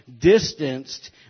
distanced